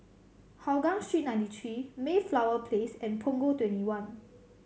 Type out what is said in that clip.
Hougang Street Ninety Three Mayflower Place and Punggol Twenty one